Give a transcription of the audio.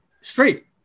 straight